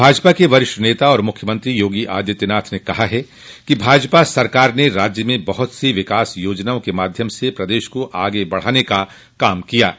भाजपा के वरिष्ठ नेता और मुख्यमंत्री योगी आदित्यनाथ ने कहा है कि भाजपा सरकार ने राज्य में बहुत सी विकास योजनाओं के माध्यम से प्रदेश को आगे बढ़ाने का काम किया है